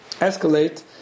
escalate